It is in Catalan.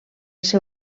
seu